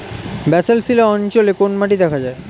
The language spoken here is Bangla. ব্যাসল্ট শিলা অঞ্চলে কোন মাটি দেখা যায়?